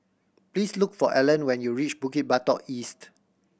please look for Allan when you reach Bukit Batok East